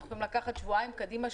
אנחנו יכולים לקחת שבועיים קדימה,